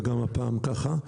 וגם הפעם ככה.